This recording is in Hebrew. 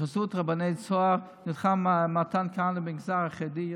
בחסות רבני צהר נלחם מתן כהנא במגזר החרדי,